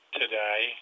today